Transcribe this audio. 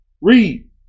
Read